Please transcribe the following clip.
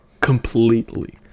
completely